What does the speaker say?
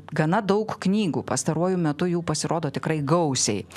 gana daug knygų pastaruoju metu jų pasirodo tikrai gausiai